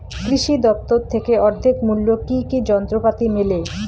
কৃষি দফতর থেকে অর্ধেক মূল্য কি কি যন্ত্রপাতি মেলে?